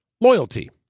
loyalty